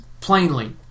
plainly